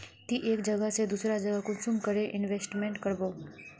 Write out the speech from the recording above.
ती एक जगह से दूसरा जगह कुंसम करे इन्वेस्टमेंट करबो?